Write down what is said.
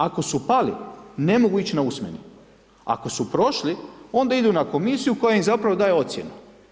Ako su pali, ne mogu ići na usmeni, ako su prošli, onda idu na Komisiju koja im, zapravo, daje ocjenu.